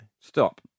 Stop